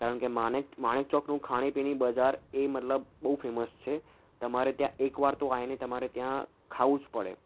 કારણ કે માનેક માણેક ચોકનું ખાણીપીણી બજાર એ મતલબ બહુ ફેમસ છે તમારે ત્યાં એકવાર તો આવીને તમારે ત્યાં ખાવું જ પડે